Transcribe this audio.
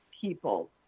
people